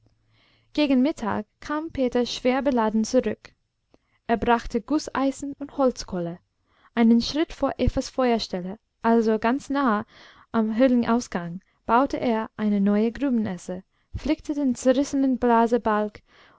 gegen mittag kam peter schwerbeladen zurück er brachte gußeisen und holzkohle einen schritt vor evas feuerstelle also ganz nahe am höhlenausgang baute er eine neue grubenesse flickte den zerrissenen blasebalg